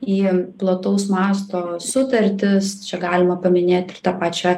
į plataus masto sutartis čia galima paminėti ir tą pačią